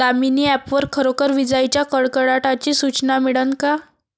Damini app वर खरोखर विजाइच्या कडकडाटाची सूचना मिळन का?